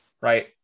right